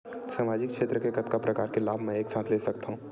सामाजिक क्षेत्र के कतका प्रकार के लाभ मै एक साथ ले सकथव?